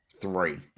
three